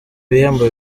bihembo